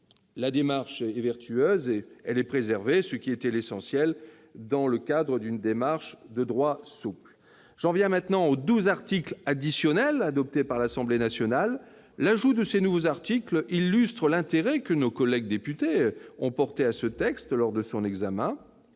la démarche vertueuse est préservée, ce qui était l'essentiel dans le cadre d'une démarche de droit souple. J'en viens maintenant aux douze articles additionnels adoptés par l'Assemblée nationale. L'ajout de ces nouvelles dispositions illustre l'intérêt que nos collègues députés ont porté à ce texte lors de son examen.